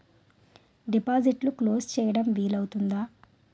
డిపాజిట్లు క్లోజ్ చేయడం వీలు అవుతుందా?